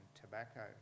Tobacco